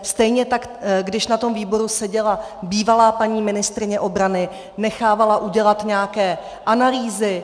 Stejně tak když na tom výboru seděla bývalá paní ministryně obrany, nechávala udělat nějaké analýzy.